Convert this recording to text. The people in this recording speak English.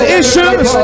issues